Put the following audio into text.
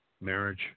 marriage